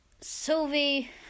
Sylvie